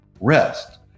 Rest